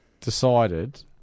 decided